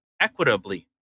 equitably